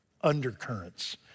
undercurrents